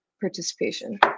participation